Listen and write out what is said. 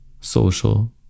social